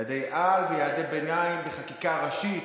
יעדי-על ויעדי ביניים בחקיקה ראשית.